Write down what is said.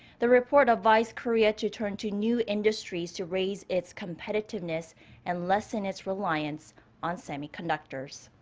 the report advised korea to turn to new industries to raise its competitiveness and lessen its reliance on semiconductors.